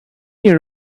year